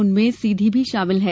उनमें सीधी भी शामिल है